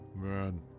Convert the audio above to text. Man